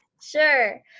sure